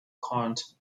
count